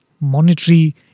monetary